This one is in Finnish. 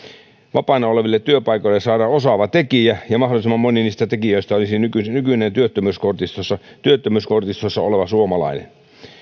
vapaana oleville työpaikoille saadaan osaava tekijä ja mahdollisimman moni niistä tekijöistä olisi nykyisin työttömyyskortistossa työttömyyskortistossa oleva suomalainen